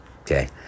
Okay